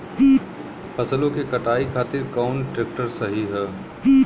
फसलों के कटाई खातिर कौन ट्रैक्टर सही ह?